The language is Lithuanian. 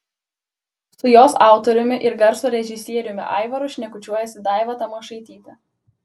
su jos autoriumi ir garso režisieriumi aivaru šnekučiuojasi daiva tamošaitytė